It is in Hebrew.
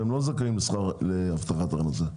הם לא זכאים להבטחת הכנסה,